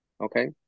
Okay